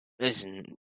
Listen